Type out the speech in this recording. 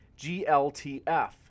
GLTF